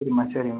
சரிம்மா சரி